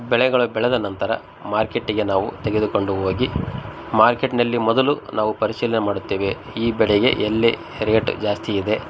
ಬೆಳೆಗಳ ಬೆಳೆದ ನಂತರ ಮಾರ್ಕೆಟ್ಟಿಗೆ ನಾವು ತೆಗೆದುಕೊಂಡು ಹೋಗಿ ಮಾರ್ಕೆಟ್ನಲ್ಲಿ ಮೊದಲು ನಾವು ಪರಿಶೀಲನೆ ಮಾಡುತ್ತೇವೆ ಈ ಬೆಳೆಗೆ ಎಲ್ಲಿ ರೇಟ್ ಜಾಸ್ತಿ ಇದೆ